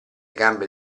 gambe